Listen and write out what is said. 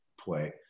play